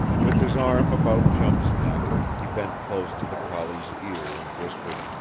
with his arm about chum's neck, he bent close to the collie's ear and whispered